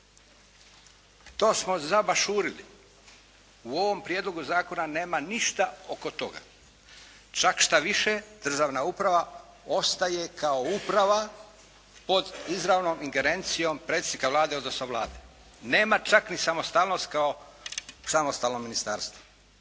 To smo zabašurili, u ovom prijedlogu zakona nema ništa oko toga. Čak štoviše, državna uprava ostaje kao uprava pod izravnom ingerencijom predsjednika Vlade odnosno Vlade. Nema čak ni samostalnost kao samostalno ministarstvo.